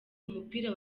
umupira